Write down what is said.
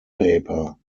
paper